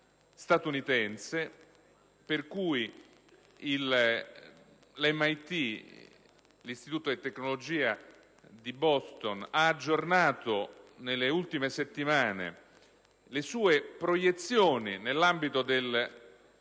statunitense per cui il MIT, l'Istituto di tecnologia di Boston, ha aggiornato nelle ultime settimane le sue proiezioni nell'ambito del